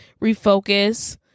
refocus